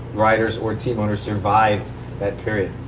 riders, or team owners survived that period.